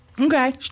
Okay